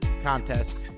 Contest